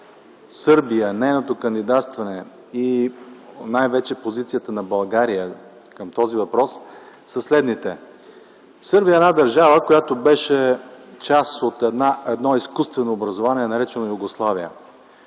Сърбия, нейното кандидатстване и най-вече позицията на България към този въпрос са следните. Сърбия е държава, която беше част от едно изкуствено образование, наречено Югославия.